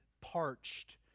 parched